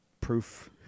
proof